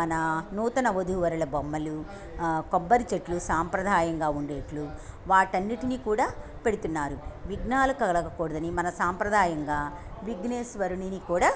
మన నూతన వధూవరుల బొమ్మలు కొబ్బరి చెట్లు సాంప్రదాయంగా ఉండేట్లు వాటన్నిటినీ కూడా పెడుతున్నారు విజ్ఞాలు కలగకూడదని మన సాంప్రదాయంగా విఘ్నేశ్వరునిని కూడా